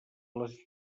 les